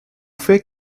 fait